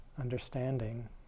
understanding